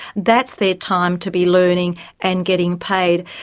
that's their time to be learning and getting paid.